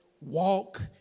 walk